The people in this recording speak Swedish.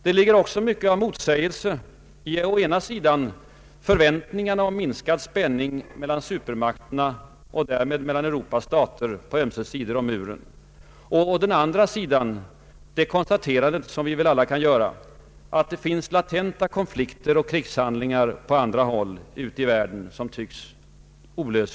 Det ligger också mycket av motsägelse mellan å ena sidan förväntningarna om minskad spänning mellan supermakterna och därmed mellan Europas stater på ömse sidor om muren och å den andra konstaterandet av latenta konflikter och krigshandlingar på andra håll i världen.